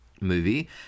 movie